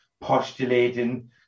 postulating